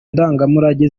ndangamurage